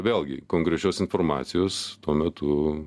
vėlgi konkrečios informacijos tuo metu